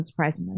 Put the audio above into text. Unsurprisingly